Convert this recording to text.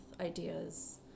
ideas